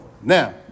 Now